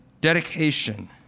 dedication